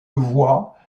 voit